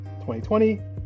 2020